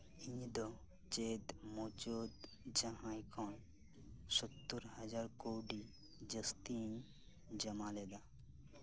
ᱤᱧ ᱫᱚ ᱪᱮᱫ ᱢᱩᱪᱟᱹᱫ ᱡᱟᱸᱦᱟᱭ ᱠᱷᱚᱱ ᱥᱳᱛᱛᱚᱨ ᱦᱟᱡᱟᱨ ᱠᱟᱹᱣᱰᱤ ᱡᱟᱥᱛᱤ ᱡᱚᱢᱟᱞᱮᱫᱟ